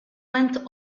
went